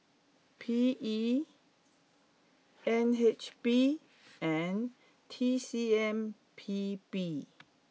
P E N H B and T C M P B